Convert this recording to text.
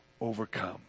overcome